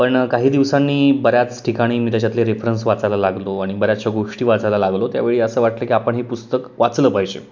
पण काही दिवसांनी बऱ्याच ठिकाणी मी त्याच्यातले रेफरन्स वाचायला लागलो आणि बऱ्याचशा गोष्टी वाचायला लागलो त्यावेळी असं वाटलं की आपण हे पुस्तक वाचलं पाहिजे